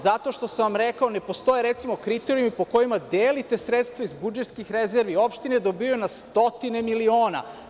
Zato što sam vam rekao – ne postoje recimo kriterijumi po kojima delite sredstva iz budžetskih rezervi, opštine dobijaju na stotine miliona.